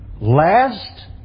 last